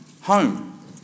Home